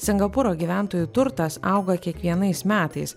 singapūro gyventojų turtas auga kiekvienais metais